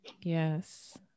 Yes